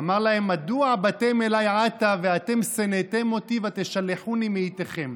הוא אמר להם: מדוע באתם אליי עתה "ואתם שנאתם אתי ותשלחוני מאתכם"?